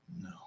No